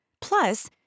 Plus